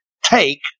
take